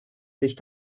sich